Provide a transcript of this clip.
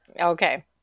Okay